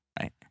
Right